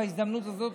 בהזדמנות הזאת,